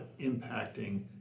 impacting